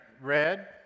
red